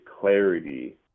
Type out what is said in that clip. clarity